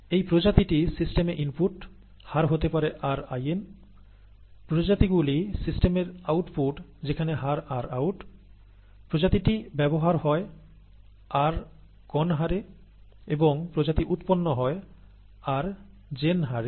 এই প্রজাতিটি সিস্টেমে ইনপুট হার হতে পারে rin প্রজাতিগুলি সিস্টেমের আউটপুট যেখানে হার rout প্রজাতিটি ব্যবহার হয় rcon হারে এবং প্রজাতি উৎপন্ন হয় rgen হারে